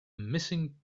missing